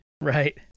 Right